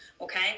Okay